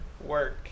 work